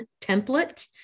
template